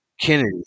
Kennedy